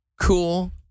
cool